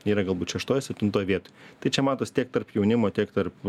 yra galbūt šeštoj septintoj vietoj tai čia matosi tiek tarp jaunimo tiek tarp